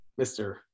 mr